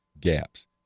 gaps